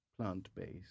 plant-based